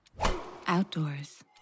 outdoors